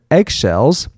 eggshells